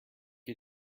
you